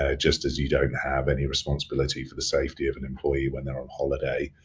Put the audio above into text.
ah just as you don't have any responsibility for the safety of an employee when they're on holiday.